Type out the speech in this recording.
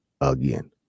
again